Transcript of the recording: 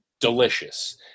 delicious